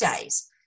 days